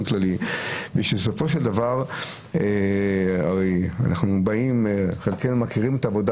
כללי כי בסופו של דבר הרי חלקנו מכירים את העבודה